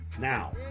Now